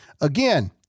Again